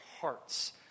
hearts